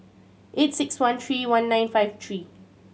eight six one three one nine five three